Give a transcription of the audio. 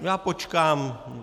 Já počkám.